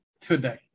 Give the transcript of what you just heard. today